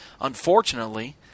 Unfortunately